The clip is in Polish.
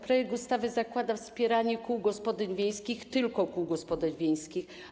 Projekt ustawy zakłada wspieranie kół gospodyń wiejskich - tylko kół gospodyń wiejskich.